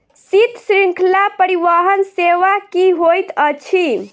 शीत श्रृंखला परिवहन सेवा की होइत अछि?